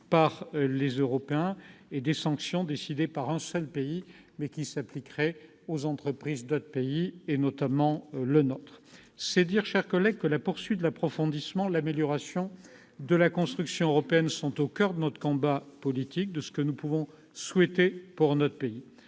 par les Européens. Ces sanctions, décidées par un seul pays, s'appliqueraient aux entreprises d'autres pays, notamment le nôtre. C'est dire, chers collègues, que la poursuite de l'approfondissement de la construction européenne est au coeur de notre combat politique, de ce que nous souhaitons pour notre pays.